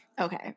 Okay